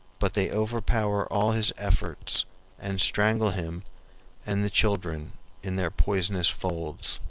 but they overpower all his efforts and strangle him and the children in their poisonous folds.